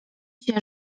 się